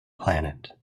planet